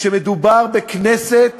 כשמדובר בכנסת